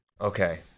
Okay